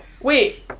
Wait